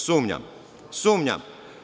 Sumnjam, sumnjam.